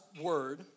word